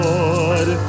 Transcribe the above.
Lord